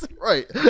Right